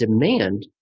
demand